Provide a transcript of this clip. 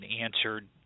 answered